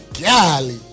Golly